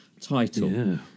title